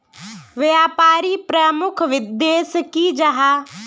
व्यापारी प्रमुख उद्देश्य की जाहा?